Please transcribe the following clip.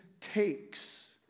takes